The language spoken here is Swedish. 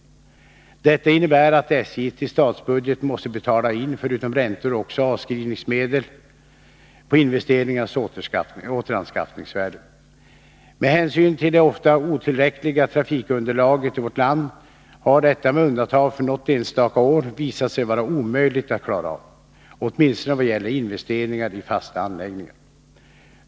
Detta innebär att SJ till statsbudgeten måste betala in förutom räntor också avskrivningsmedel på investeringarnas återanskaffningsvärde. Med hänsyn till det ofta otillräckliga trafikunderlaget i vårt land har detta — med undantag för något enstaka år — visat sig vara omöjligt att klara av, åtminstone vad gäller investeringar i fasta anläggningar.